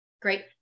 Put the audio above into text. Great